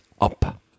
up